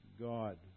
God